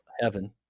heaven